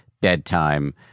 bedtime